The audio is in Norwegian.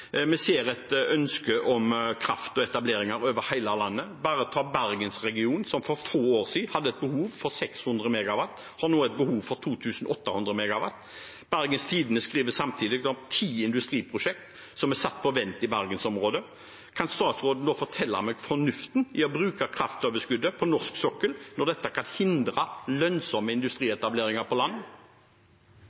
Vi ser et ønske om kraft og etableringer over hele landet. En kan bare ta bergensregionen, som for få år siden hadde et behov for 600 MW. Der har man nå et behov for 2 800 MW. Bergens Tidende skriver samtidig om ti industriprosjekt som er satt på vent i bergensområdet. Kan statsråden fortelle meg fornuften i å bruke kraftoverskuddet på norsk sokkel når dette kan hindre lønnsomme industrietableringer på land?